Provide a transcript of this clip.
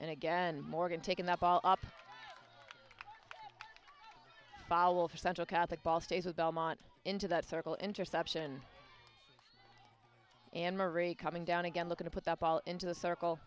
and again morgan taken the fall for central catholic ball stays with belmont into that circle interception and marie coming down again looking to put up all into the circle